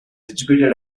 educated